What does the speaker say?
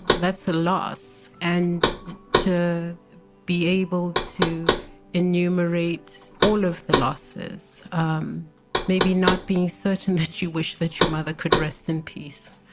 that's a loss. and to be able to enumerate all of the losses and um maybe not be certain that you wish that your mother could rest in peace